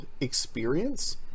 experience